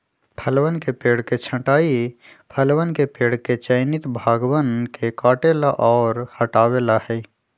फलवन के पेड़ के छंटाई फलवन के पेड़ के चयनित भागवन के काटे ला और हटावे ला हई